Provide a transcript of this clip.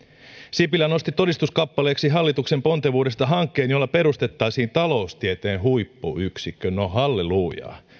sipilä nosti todistuskappaleeksi hallituksen pontevuudesta hankkeen jolla perustettaisiin taloustieteen huippuyksikkö no hallelujaa